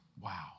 wow